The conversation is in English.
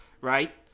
Right